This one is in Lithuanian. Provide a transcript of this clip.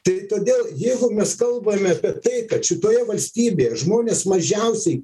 tai todėl jeigu mes kalbame apie tai kad šitoje valstybėje žmonės mažiausiai